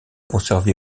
conservée